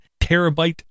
terabyte